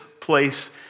place